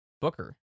Booker